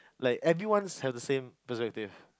like everyone have the same perspective